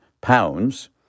pounds